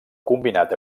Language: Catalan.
combinat